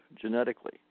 genetically